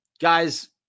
guys